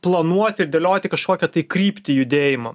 planuoti dėlioti kažkokią tai kryptį judėjimo